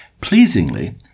Pleasingly